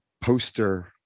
poster